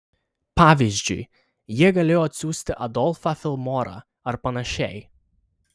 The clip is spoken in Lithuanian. pavyzdžiui jie galėjo atsiųsti adolfą filmorą ar panašiai